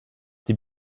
die